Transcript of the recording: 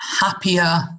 happier